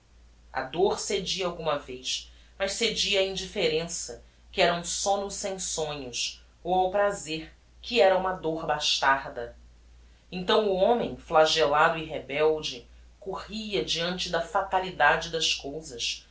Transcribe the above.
a dor cedia alguma vez mas cedia á indifferença que era um somno sem sonhos ou ao prazer que era uma dor bastarda então o homem flagellado e rebelde corria diante da fatalidade das cousas